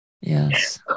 Yes